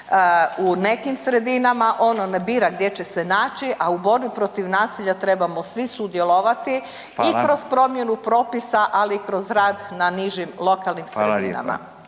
u nekim sredinama. Ono ne bira gdje će se naći a u borbi protiv nasilja trebamo svi sudjelovati i kroz promjenu propisa, ali i kroz rad na nižim lokalnim sredinama.